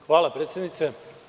Hvala, predsednice.